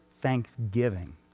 thanksgiving